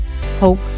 hope